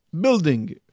building